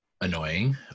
annoying